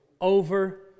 over